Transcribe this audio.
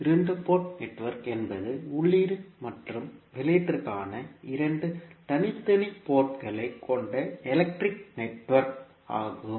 இரண்டு port network என்பது உள்ளீடு மற்றும் வெளியீட்டிற்கான இரண்டு தனித்தனி போர்ட்களைக் கொண்ட எலக்ட்ரிக் நெட்வொர்க் ஆகும்